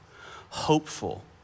hopeful